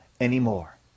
anymore